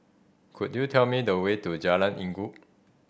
could you tell me the way to Jalan Inggu